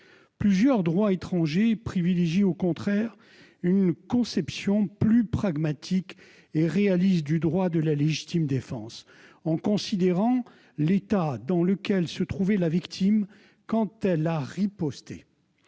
Plusieurs droits étrangers privilégient au contraire une conception plus pragmatique et réaliste du droit de la légitime défense, en considérant l'état dans lequel se trouvait la victime quand elle a riposté.